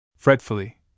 fretfully